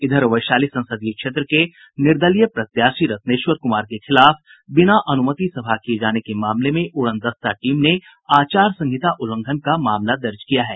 इधर वैशली संसदीय क्षेत्र के निर्दलीय प्रत्याशी रत्नेश्वर कुमार के खिलाफ बिना अनुमति सभा किये जाने के मामले में उड़नदस्ता टीम ने आचार संहिता उल्लंघन का मामला दर्ज किया है